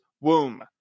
womb